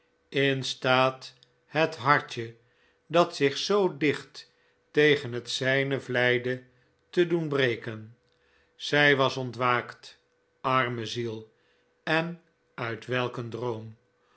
in staat het hartje dat zich zoo dicht tegen het zijne vlijdde te doen breken zij was ontwaakt arme ziel en uit welk een droom